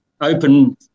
open